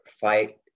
fight